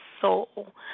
soul